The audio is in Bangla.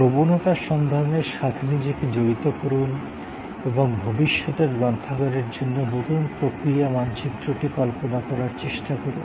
প্রবণতা সন্ধানের সাথে নিজেকে জড়িত করুন এবং ভবিষ্যতের গ্রন্থাগারের জন্য নতুন প্রক্রিয়া মানচিত্রটি কল্পনা করার চেষ্টা করুন